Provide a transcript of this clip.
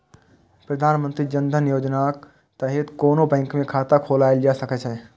प्रधानमंत्री जन धन योजनाक तहत कोनो बैंक मे खाता खोलाएल जा सकै छै